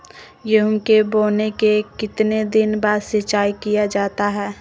गेंहू के बोने के कितने दिन बाद सिंचाई किया जाता है?